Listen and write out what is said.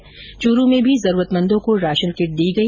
उधर चूरू में भी जरूरतमंदों को राशन किट दी गई